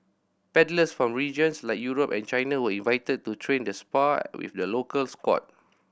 paddlers from regions like Europe and China were invited to train and spar with the local squad